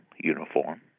uniform